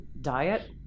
diet